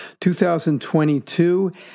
2022